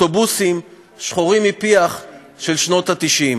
אוטובוסים שחורים מפיח של שנות ה-90,